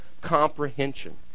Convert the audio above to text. comprehension